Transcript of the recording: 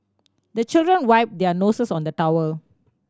the children wipe their noses on the towel